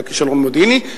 היה כישלון מודיעיני,